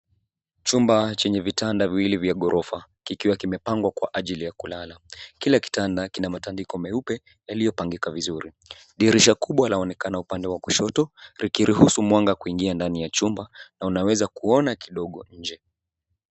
Chumba chenye vitanda viwili vya gorofa kikiwa kimepangwa kwa ajili ya kulala. Kila kitanda kina matandiko meupe yaliyopangika vizuri. Dirisha kubwa laonekana upande wa kushoto likiruhusu mwanga kuingia ndani ya chumba na unaweza kuona kidogo nje.